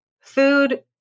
food